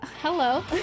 Hello